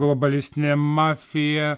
globalistinė mafija